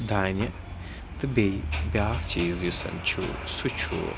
دانہِ تہٕ بیٚیہِ بیٛاکھ چیٖز یُس زَن چھُ سُہ چھُ